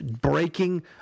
Breaking